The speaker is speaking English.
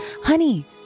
honey